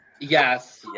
Yes